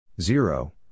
Zero